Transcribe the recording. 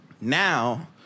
Now